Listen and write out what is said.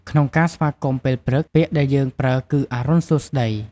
ក្នុងការស្វាគមន៍ពេលព្រឹក ពាក្យដែលយើងប្រើគឺ អរុណសួស្ដី។